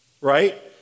right